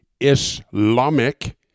Islamic